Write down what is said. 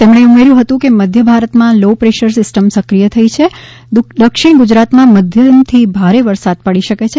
તેમણે ઉમેર્યું હતું કે મધ્ય ભારતમાં લો પ્રેશર સિસ્ટમ સક્રિય થયું હોવાથી દક્ષિણ ગુજરાતમાં મધ્યમ થી ભારે વરસાદ પડી શકે છે